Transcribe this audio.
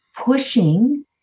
pushing